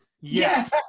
Yes